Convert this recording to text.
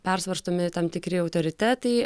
persvarstomi tam tikri autoritetai